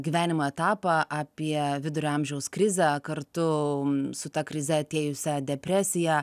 gyvenimo etapą apie vidurio amžiaus krizę kartu su ta krize atėjusią depresiją